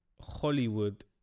Hollywood